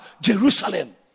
Jerusalem